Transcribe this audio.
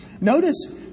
Notice